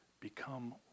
become